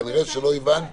כנראה שלא הבנת